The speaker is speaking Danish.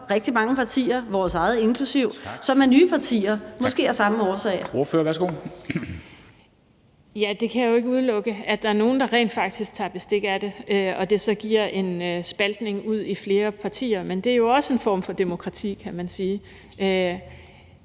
Tak. Ordføreren, værsgo. Kl. 17:56 Karina Lorentzen Dehnhardt (SF): Ja, jeg kan jo ikke udelukke, at der er nogle, der rent faktisk tager bestik af det, og at det så giver en spaltning ud i flere partier. Men det er jo også en form for demokrati, kan man sige.